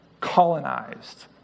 colonized